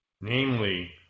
Namely